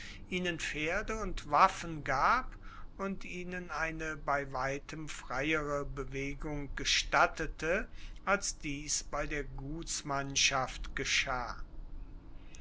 ihnen pferde und waffen gab und ihnen eine bei weitem freiere bewegung gestattete als dies bei der gutsmannschaft geschah